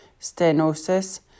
stenosis